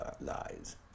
lies